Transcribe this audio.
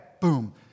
Boom